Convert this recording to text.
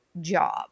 job